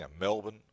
Melbourne